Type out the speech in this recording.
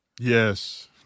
Yes